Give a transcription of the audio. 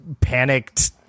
panicked